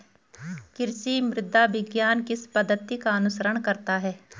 कृषि मृदा विज्ञान किस पद्धति का अनुसरण करता है?